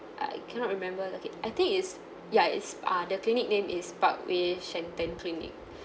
I cannot remember okay I think is ya it's uh the clinic name is parkway shenton clinic